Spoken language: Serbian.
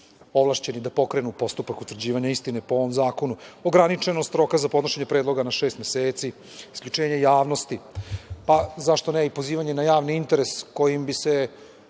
ovlašćeni da pokrenu postupak utvrđivanja istine po ovom zakonu. Ograničenost roka za podnošenje predloga za šest meseci, isključenje javnosti, pa zašto ne i pozivanje na javni interes kojim bi se